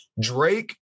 Drake